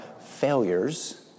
failures